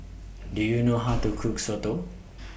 Do YOU know How to Cook Soto